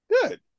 Good